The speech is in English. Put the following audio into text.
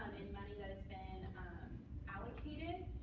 in money that has been allocated.